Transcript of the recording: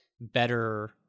better